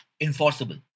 enforceable